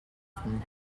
from